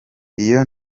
iyo